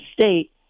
state